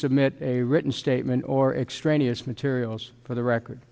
submit a written statement or extraneous materials for the record